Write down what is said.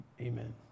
amen